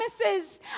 promises